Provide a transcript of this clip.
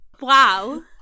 wow